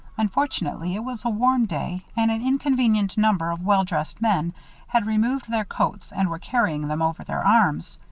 unfortunately it was a warm day and an inconvenient number of well-dressed men had removed their coats and were carrying them over their arms.